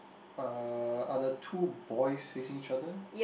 uh are the two boys facing each other